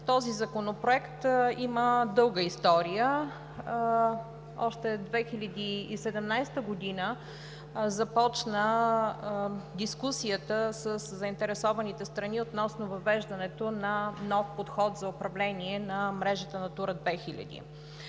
този законопроект има дълга история. Още през 2017 г. започна дискусията със заинтересованите страни относно въвеждането на нов подход за управление на мрежата „Натура 2000“.